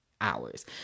hours